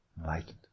enlightened